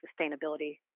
Sustainability